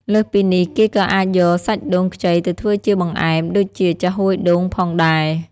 លើសពីនេះ គេក៏អាចយកសាច់ដូងខ្ចីទៅធ្វើជាបង្អែមដូចជា ចាហ៊ួយដូង ផងដែរ។